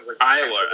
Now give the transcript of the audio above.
Iowa